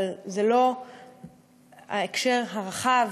אבל זה לא ההקשר הרחב,